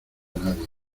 nadie